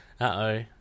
Uh-oh